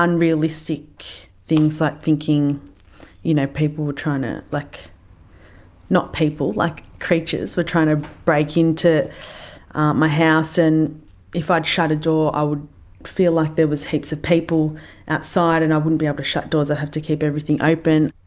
unrealistic things, like thinking you know people were trying to, like not people, like creatures were trying to break into my house. and if i'd shut a door, i would feel like there was heaps of people outside and i wouldn't be able to shut doors, i'd have to keep everything open.